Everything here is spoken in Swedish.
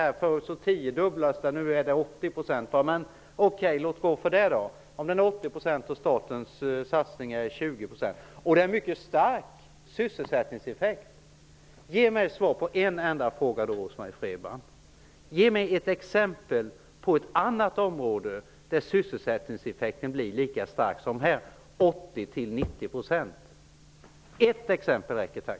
Om församlingarna satsar 80 % och staten 20 % och det uppstår en mycket stark sysselsättningseffekt, ge mig då, Rose-Marie Frebran, ett enda exempel på ett annat område där sysselsättningseffekten blir lika stor som här! Ett exempel räcker, tack!